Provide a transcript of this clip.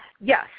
Yes